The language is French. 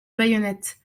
bayonnette